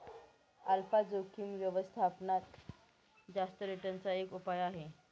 alpha जोखिम व्यवस्थापनात जास्त रिटर्न चा एक उपाय आहे